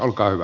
olkaa hyvä